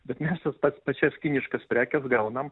bet mes tas pats pačias kiniškas prekes gaunam